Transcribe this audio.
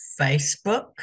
facebook